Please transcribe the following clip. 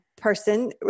person